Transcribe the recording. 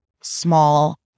small